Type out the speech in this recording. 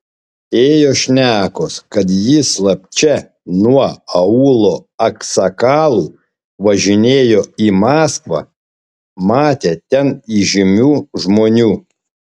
ėjo šnekos kad jis slapčia nuo aūlo aksakalų važinėjo į maskvą matė ten įžymių žmonių